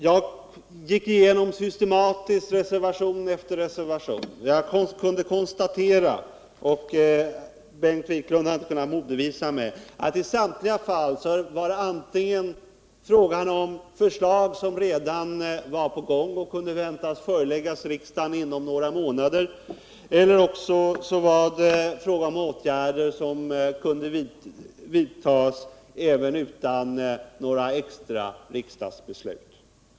Jag gick systematiskt igenom reservation efter reservation, där jag kort kunde konstatera — och Bengt Wiklund har inte kunnat motbevisa vad jag sade — att det i samtliga fall var fråga antingen om förslag som redan var under behandling och som väntades bli förelagda riksdagen inom några månader eller också om åtgärder som mycket väl kunde vidtas även utan några extra riksdagsbeslut.